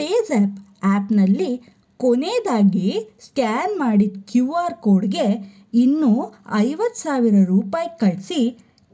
ಪೇಜ್ಯಾಪ್ ಆ್ಯಪ್ನಲ್ಲಿ ಕೊನೆಯದಾಗಿ ಸ್ಕ್ಯಾನ್ ಮಾಡಿದ ಕ್ಯೂ ಆರ್ ಕೋಡ್ಗೆ ಇನ್ನೂ ಐವತ್ತು ಸಾವಿರ ರೂಪಾಯಿ ಕಳಿಸಿ